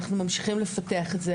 אנחנו ממשיכים לפתח את זה,